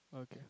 okay